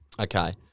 Okay